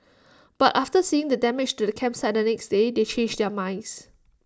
but after seeing the damage to the campsite the next day they changed their minds